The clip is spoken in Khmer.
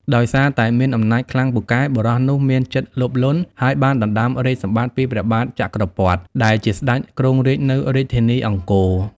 ដោយសារតែមានអំណាចខ្លាំងពូកែ បុរសនោះមានចិត្តលោភលន់ ហើយបានដណ្តើមរាជ្យសម្បត្តិពីព្រះបាទចក្រពត្តិ ដែលជាស្តេចគ្រងរាជ្យនៅរាជធានីអង្គរវត្ត ។